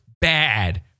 bad